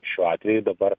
šiuo atveju dabar